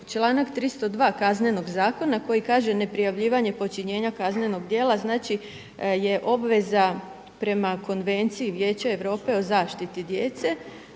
članak 302. Kaznenog zakona koji kaže neprijavljivanje nepočinjenja kaznenog djela znači je obveza prema Konvenciji Vijeća Europe o zaštiti djece.